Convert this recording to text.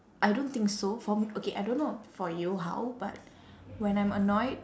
I don't think so for m~ okay I don't know for you how but when I'm annoyed